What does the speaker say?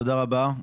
תודה רבה.